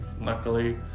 Luckily